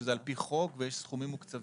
שזה על פי חוק ויש סכומים מוקצבים,